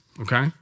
Okay